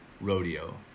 Rodeo